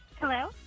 Hello